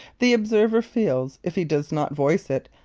the observer feels, if he does not voice it,